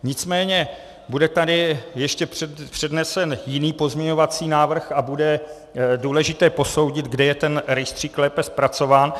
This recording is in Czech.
Nicméně bude tady ještě přednesen jiný pozměňovací návrh a bude důležité posoudit, kde je ten rejstřík lépe zpracován.